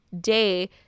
day